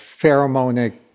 pheromonic